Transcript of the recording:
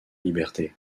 liberté